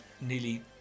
nearly